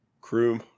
crew